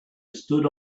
stood